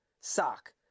sock